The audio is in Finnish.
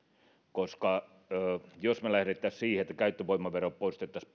koska jos me lähtisimme siihen että pelkästään käyttövoimavero poistettaisiin